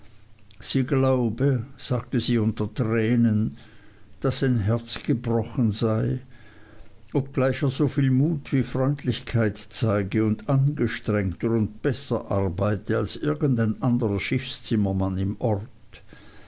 sie glaube sagte sie unter tränen daß sein herz gebrochen sei obgleich er soviel mut wie freundlichkeit zeige und angestrengter und besser arbeite als irgendein anderer schiffszimmermann im ort